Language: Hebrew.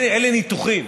אלה ניתוחים.